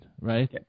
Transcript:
right